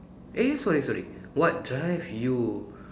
eh sorry sorry what drive you